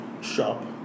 shop